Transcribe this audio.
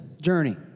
journey